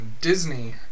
Disney